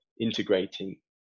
integrating